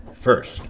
first